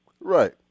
Right